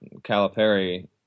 Calipari